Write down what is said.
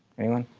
anyone?